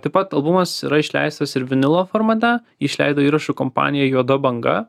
taip pat albumas yra išleistas ir vinilo formate jį išleido įrašų kompanija juoda banga